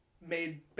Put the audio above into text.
made